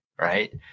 right